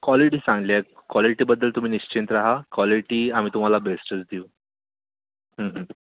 quality चांगली आहे कॉलिटीबद्दल तुम्ही निश्चिंत रहा कॉलिटी आम्ही तुम्हाला बेस्टच देऊ हं हं